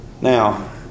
Now